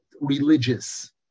religious